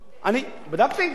שר האוצר ציטט את המספר הזה.